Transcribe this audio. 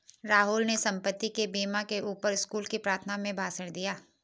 राहुल ने संपत्ति के बीमा के ऊपर स्कूल की प्रार्थना में भाषण दिया